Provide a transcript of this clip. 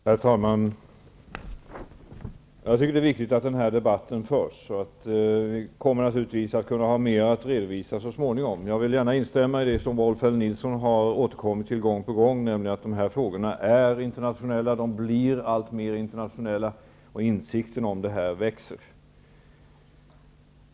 Herr talman! Jag tycker att det är viktigt att den här debatten förs. Vi kommer naturligtvis att ha mer att redovisa så småningom. Jag vill gärna instämma i det som Rolf L Nilson gång på gång har återkommit till, nämligen att de här frågorna är internationella, att de blir alltmer internationella och att insikten om det växer.